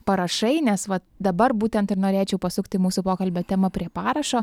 parašai nes vat dabar būtent ir norėčiau pasukti mūsų pokalbio temą prie parašo